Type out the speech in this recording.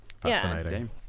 fascinating